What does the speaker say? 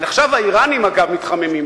עכשיו האירנים, אגב, מתחממים.